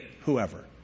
whoever